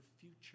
future